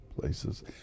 places